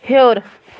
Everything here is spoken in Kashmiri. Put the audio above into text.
ہیوٚر